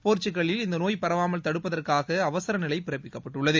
போர்ச்சுக்கல்லில் இந்த நோய் பரவாமல் தடுப்பதற்காக அவசர நிலை பிறப்பிக்கப்பட்டுள்ளது